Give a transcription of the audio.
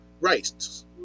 rights